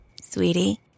Sweetie